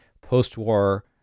post-war